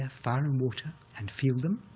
ah fire, and water, and feel them,